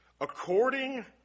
According